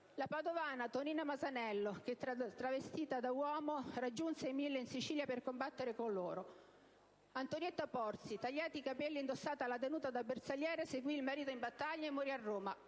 la padovana Tonina Masanello, la quale, travestita da uomo, raggiunse i Mille in Sicilia per combattere con loro; Colomba Antonietta Porzi, la quale, tagliati i capelli e indossata la tenuta da bersagliere, seguì il marito in battaglia e morì a Roma: